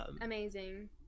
amazing